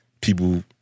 People